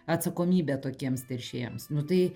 atsakomybę tokiems teršėjams nu tai